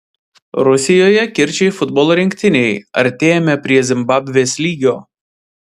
rusijoje kirčiai futbolo rinktinei artėjame prie zimbabvės lygio